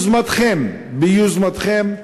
ביוזמתכם, ביוזמתכם,